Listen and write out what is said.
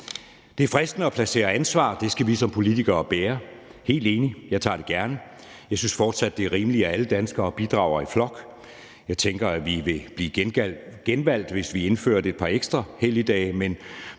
Det er fristende at placere ansvar. Det skal vi som politikere bære – helt enig, jeg tager det gerne. Jeg synes fortsat, det er rimeligt, at alle danskere bidrager i flok. Jeg tænker, at vi ville blive genvalgt, hvis vi indførte et par ekstra helligdage,